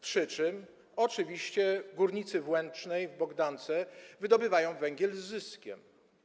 Przy czym oczywiście górnicy w Łęcznej, w Bogdance wydobywają węgiel z zyskiem.